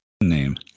name